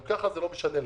גם ככה זה לא משנה להם.